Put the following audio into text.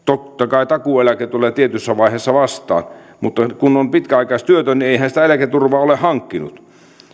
kai takuueläke tulee tietyssä vaiheessa vastaan mutta kun on pitkäaikaistyötön niin ei hän sitä eläketurvaa ole hankkinut